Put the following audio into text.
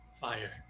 fire